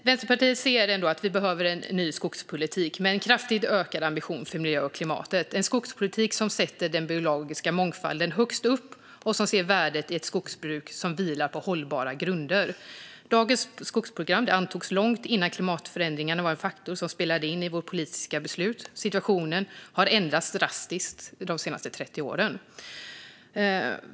Vänsterpartiet anser att vi behöver en ny skogspolitik med en kraftigt ökad ambition för miljön och klimatet, en skogspolitik som sätter den biologiska mångfalden högst upp och som ser värdet i ett skogsbruk som vilar på hållbara grunder. Dagens skogsprogram antogs långt innan klimatförändringarna var en faktor som spelade in i våra politiska beslut. Situationen har ändrats drastiskt de senaste 30 åren.